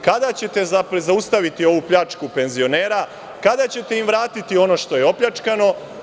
Kada ćete zaustaviti ovu pljačku penzionera, kada ćete im vratiti ono što je opljačkano?